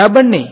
બરાબરને